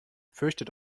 fürchtet